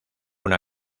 una